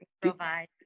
provide